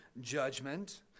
judgment